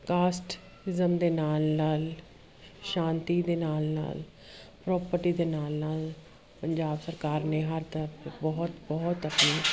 casteism ਦੇ ਨਾਲ ਨਾਲ ਸ਼ਾਂਤੀ ਦੇ ਨਾਲ ਨਾਲ ਪ੍ਰੋਪਰਟੀ ਦੇ ਨਾਲ ਨਾਲ ਪੰਜਾਬ ਸਰਕਾਰ ਨੇ ਹਰ ਤਰਫ ਬਹੁਤ ਬਹੁਤ ਆਪਣਾ